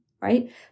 right